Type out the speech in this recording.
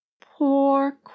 poor